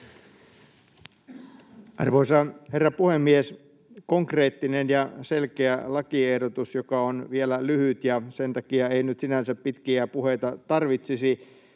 Arvoisa herra puhemies! Konkreettinen ja selkeä lakiehdotus, joka on vielä lyhyt ja sen takia ei nyt sinänsä pitkiä puheita tarvitsisi.